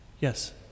Yes